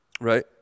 Right